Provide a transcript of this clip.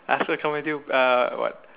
ask her come with you uh what